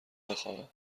بخوابم